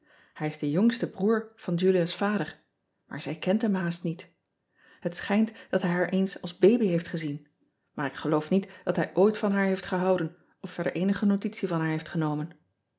ij is de jongste broer van ulia s vader maar zij kept hem haast niet et schijnt ean ebster adertje angbeen dat hij haar eens als baby heeft gezien maar ik geloof niet dat hij ooit van haar heeft gehouden of verder eenige notitie van haar heeft genomen